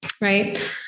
right